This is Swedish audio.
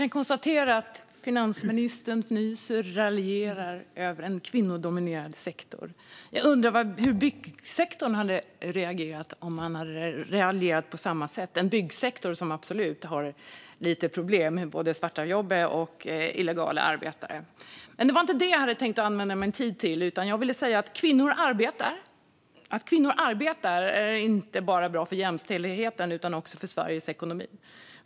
Fru talman! Jag kan konstatera att finansministern fnyser åt och raljerar över en kvinnodominerad sektor. Jag undrar hur byggsektorn hade reagerat om han hade raljerat på samma sätt över den, en byggsektor som absolut har lite problem med både svarta jobb och illegala arbetare. Men det var inte det som jag hade tänkt använda min talartid till. Att kvinnor arbetar är bra inte bara för jämställdheten utan också för Sveriges ekonomi.